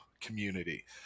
community